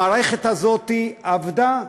המערכת הזו עבדה,